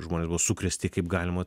žmonės buvo sukrėsti kaip galima